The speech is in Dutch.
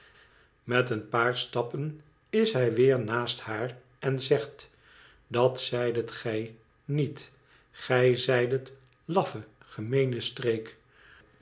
met een paar stappen is hij weer naast haar en zegt i dat zeidet gij niet gij zeidet laffe gemeene streek